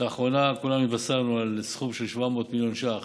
לאחרונה כולנו התבשרנו על סכום של 700 מיליון ש"ח